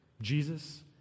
Jesus